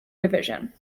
division